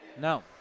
No